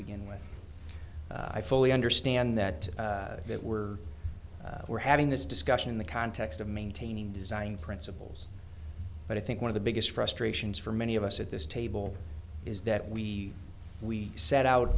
begin with i fully understand that that we're we're having this scutcheon in the context of maintaining design principles but i think one of the biggest frustrations for many of us at this table is that we we set out